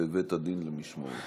בבית הדין למשמורת.